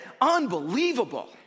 unbelievable